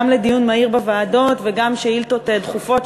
גם לדיון מהיר בוועדות וגם שאילתות דחופות,